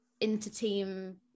inter-team